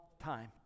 time